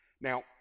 Now